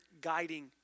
guiding